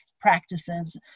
practices